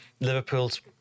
Liverpool's